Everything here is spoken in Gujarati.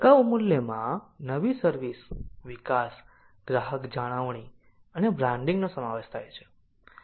ટકાઉ મૂલ્યમાં નવી સર્વિસ વિકાસ ગ્રાહક જાળવણી અને બ્રાન્ડિંગનો સમાવેશ થાય છે